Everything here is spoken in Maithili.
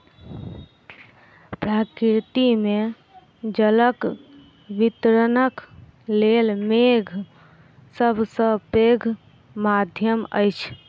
प्रकृति मे जलक वितरणक लेल मेघ सभ सॅ पैघ माध्यम अछि